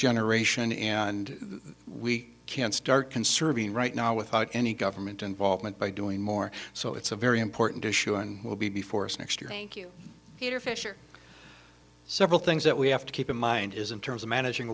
generation and we can start conserving right now without any government involvement by doing more so it's a very important issue and will be before us next year thank you peter fisher several things that we have to keep in mind is in terms of managing